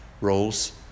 roles